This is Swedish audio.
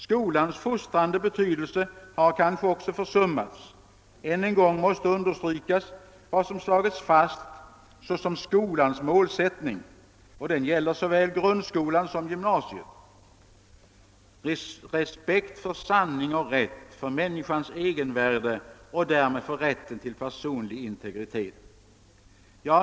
Skolans fostrande betydelse har kanske också försummats. Ännu en gång måste det understrykas som har slagits fast såsom skolans målsättning — det gäller såväl grundskolan som gymnasiet — nämligen >»respekt för sanning och rätt, för människans egenvärde och därmed för rätten till personlig integritet».